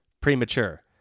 premature